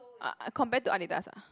uh compared to Adidas ah